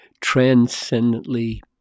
transcendently